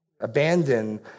abandon